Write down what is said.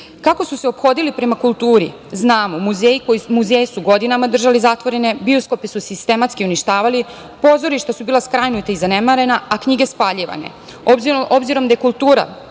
su se ophodili prema kulturi, znamo. Muzeje su godinama držali zatvorene, bioskope su sistematski uništavali, pozorišta su bila skrajnuta i zanemarena, a knjige spaljivane. Obzirom da je kultura